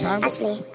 Ashley